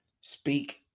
Speak